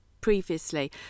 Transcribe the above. previously